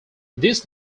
this